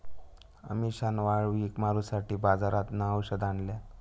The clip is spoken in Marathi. अमिशान वाळवी मारूसाठी बाजारातना औषध आणल्यान